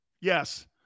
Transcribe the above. Yes